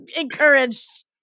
encouraged